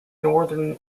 northern